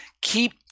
keep